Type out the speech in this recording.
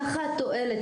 ככה התועלת,